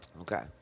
Okay